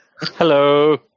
Hello